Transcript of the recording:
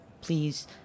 please